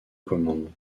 commande